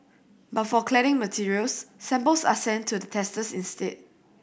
but for cladding materials samples are sent to the testers instead